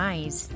Eyes